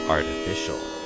artificial